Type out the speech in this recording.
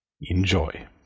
Enjoy